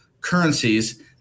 currencies